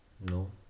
No